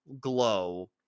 glow